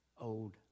old